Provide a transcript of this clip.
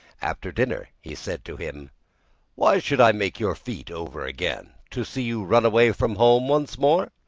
after dinner he said to him why should i make your feet over again? to see you run away from home once more?